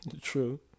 True